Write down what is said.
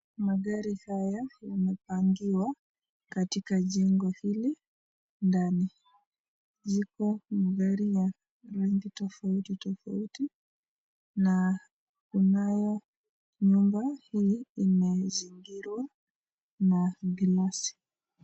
Magari haya yamepangiwa katika njengo hili ndani. Ziko gari ya rangi tofauti tofauti na kunaye nyumba hii imezingirwa na glasi.